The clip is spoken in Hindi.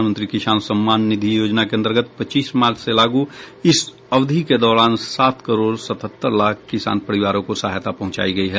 प्रधानमंत्री किसान सम्मान निधि योजना के अंतर्गत पच्चीस मार्च से लागू इस अवधि के दौरान सात करोड़ सतहत्तर लाख किसान परिवारों को सहायता पहुंचाई गई है